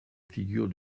figure